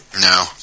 No